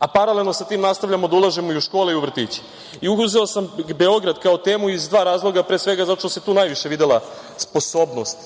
a paralelno sa tim nastavljamo da ulažemo i škole i u vrtiće. Uzeo sam Beograd kao temu iz dva razloga. Pre svega zato što se tu najviše videla sposobnost,